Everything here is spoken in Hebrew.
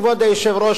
כבוד היושב-ראש,